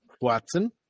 Watson